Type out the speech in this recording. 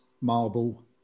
Marble